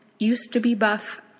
used-to-be-buff